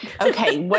Okay